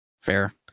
fair